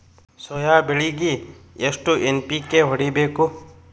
Soya ಬೆಳಿಗಿ ಎಷ್ಟು NPK ಹೊಡಿಬೇಕು?